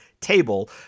table